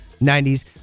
90s